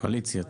קואליציה.